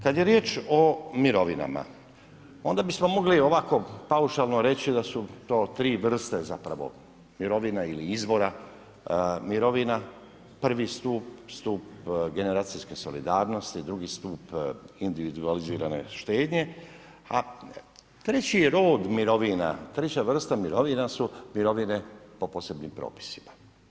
Kad je riječ o mirovinama, onda bismo mogli ovako paušalno reći da su to tri vrste zapravo mirovina ili izvora mirovina, prvi stup, stup generacijske solidarnosti, drugi stup individualizirane štednje, a treći rod mirovina, treća vrsta mirovina su mirovine po posebnim propisima.